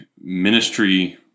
ministry